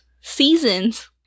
seasons